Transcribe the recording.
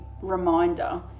reminder